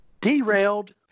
Derailed